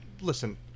listen